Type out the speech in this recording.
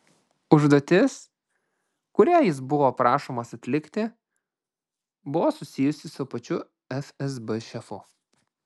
užduotis kurią jis buvo prašomas atlikti buvo susijusi su pačiu fsb šefu